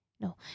No